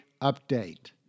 Update